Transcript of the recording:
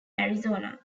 arizona